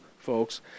folks